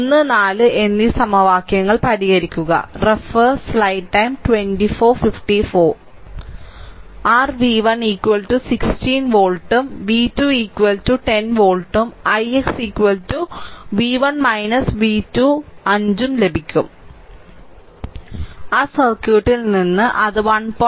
1 4 എന്നീ സമവാക്യങ്ങൾ പരിഹരിക്കുക r v1 16 വോൾട്ടും v2 10 വോൾട്ടും ix v1 v2 5 ഉം ലഭിക്കും ആ സർക്യൂട്ടിൽ നിന്ന് അത് 1